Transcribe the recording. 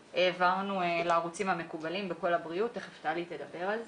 העברנו לערוצים המקוונים בקול הבריאות ותכף טלי תתייחס לזה.